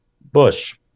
Bush